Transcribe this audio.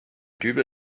dübel